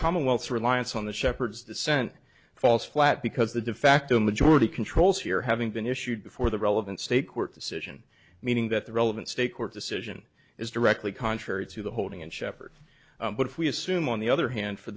commonwealth reliance on the shepherds the scent falls flat because the de facto majority controls here having been issued before the relevant state court decision meaning that the relevant state court decision is directly contrary to the holding and shepherd but if we assume on the other hand for